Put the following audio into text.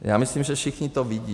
Já myslím, že všichni to vidí.